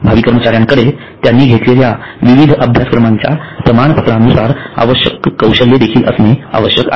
भावी कर्मचार्यांकडे त्यांनी घेतलेल्या विविध अभ्यासक्रमांच्या प्रमाणपत्रांनुसार आवश्यक कौशल्ये देखील असणे आवश्यक आहे